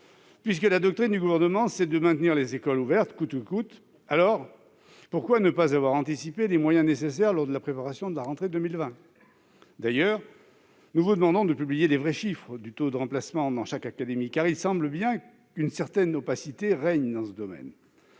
Puisque la doctrine du Gouvernement est de maintenir les écoles ouvertes coûte que coûte, pourquoi ne pas avoir anticipé des moyens nécessaires lors de la préparation de la rentrée 2020 ? D'ailleurs, nous vous demandons de publier les vrais chiffres du taux de remplacement dans chaque académie, car il semble bien qu'une certaine opacité règne dans ce domaine.